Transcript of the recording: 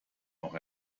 auch